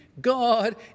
God